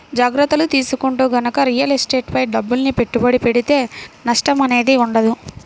జాగర్తలు తీసుకుంటూ గనక రియల్ ఎస్టేట్ పై డబ్బుల్ని పెట్టుబడి పెడితే నష్టం అనేది ఉండదు